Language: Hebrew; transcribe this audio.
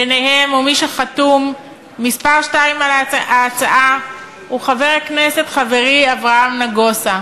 ביניהם מי שחתום כמספר שתיים על ההצעה הוא חבר כנסת חברי אברהם נגוסה.